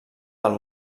del